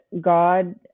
God